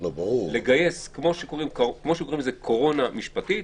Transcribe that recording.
מה שנקרא "קורונה משפטית".